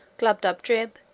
glubbdubdrib,